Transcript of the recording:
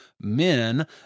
men